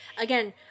Again